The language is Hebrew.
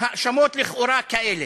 האשמות-לכאורה כאלה.